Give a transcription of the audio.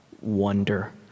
wonder